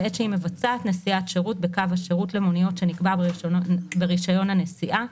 בעת שהיא מבצעת נסיעת שירות בקו השירות למוניות שנקבע ברישיון הנסיעה,